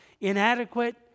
Inadequate